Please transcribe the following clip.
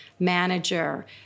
Manager